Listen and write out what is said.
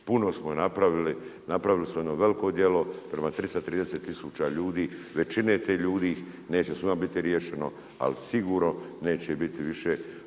puno smo napravili, napravili smo jedno veliko djelo prema 330 tisuća ljudi. Većini tih ljudi neće svima biti riješeno, ali sigurno neće biti više u toliko